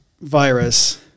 virus